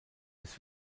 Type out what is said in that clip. des